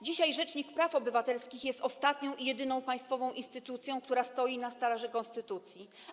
Dzisiaj rzecznik praw obywatelskich jest ostatnią i jedyną państwową instytucją, która stoi na straży konstytucji.